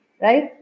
Right